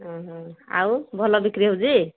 ହଁ ହଁ ଆଉ ଭଲ ବିକ୍ରି ହେଉଛି